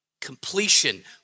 Completion